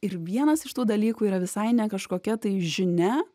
ir vienas iš tų dalykų yra visai ne kažkokia tai žinia